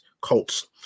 Colts